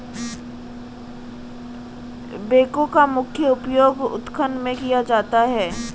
backhoe का मुख्य उपयोग उत्खनन में किया जाता है